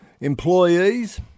employees